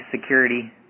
security